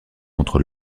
contre